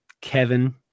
Kevin